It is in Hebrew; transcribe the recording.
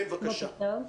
בוקר טוב.